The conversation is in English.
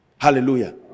Hallelujah